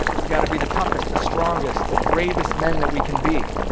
we've got to be the toughest, the strongest, the bravest men that we can be.